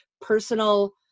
personal